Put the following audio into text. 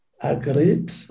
Agreed